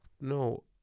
No